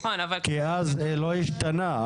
כי אז זה לא השתנה,